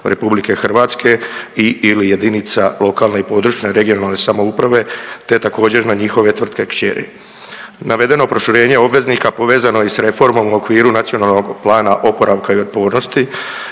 vlasništvu RH i/ili jedinica lokalne i područne (regionalne) samouprave te također, na njihove tvrtke kćeri. Navedeno proširenje obveznika povezano je i s reformom u okviru Nacionalnog plana oporavka i otpornosti